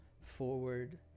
forward